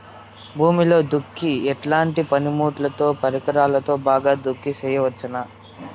భూమిలో దుక్కి ఎట్లాంటి పనిముట్లుతో, పరికరాలతో బాగా దుక్కి చేయవచ్చున?